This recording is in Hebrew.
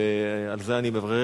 ועל זה אני מברך,